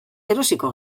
erosiko